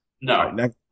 no